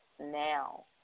now